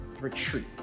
retreat